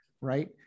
right